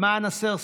למען הסר ספק,